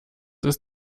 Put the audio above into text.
ist